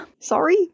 Sorry